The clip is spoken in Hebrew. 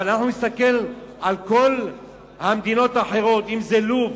אבל אם נסתכל על כל המדינות האחרות, אם זה לוב,